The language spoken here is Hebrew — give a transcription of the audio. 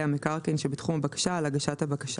המקרקעין שבתחום הבקשה על הגשת הבקשה,